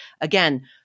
Again